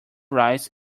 rice